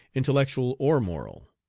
intellectual or moral.